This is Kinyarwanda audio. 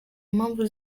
mpamvu